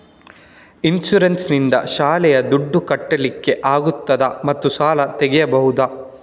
Insurance ನಿಂದ ಶಾಲೆಯ ದುಡ್ದು ಕಟ್ಲಿಕ್ಕೆ ಆಗ್ತದಾ ಮತ್ತು ಸಾಲ ತೆಗಿಬಹುದಾ?